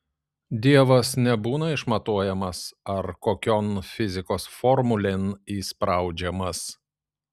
dievas nebūna išmatuojamas ar kokion fizikos formulėn įspraudžiamas